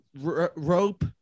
rope